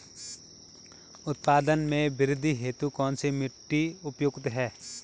उत्पादन में वृद्धि हेतु कौन सी मिट्टी उपयुक्त है?